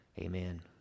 Amen